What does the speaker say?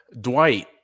dwight